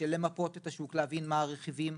למפות את השוק ולהבין מהם הרכיבים.